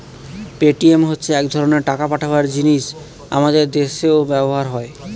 Paytm হচ্ছে এক ধরনের টাকা পাঠাবার জিনিস আমাদের দেশেও ব্যবহার হয়